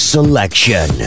Selection